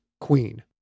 queen